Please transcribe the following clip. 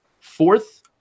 fourth